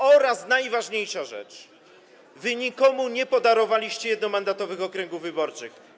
Oraz najważniejsza rzecz: wy nikomu nie podarowaliście jednomandatowych okręgów wyborczych.